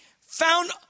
found